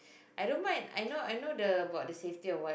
I don't mind I know I know the about the safety a while